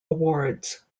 awards